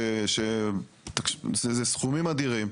אלא כדי שתכניסו את זה לכם כסדרי עדיפויות.